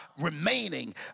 remaining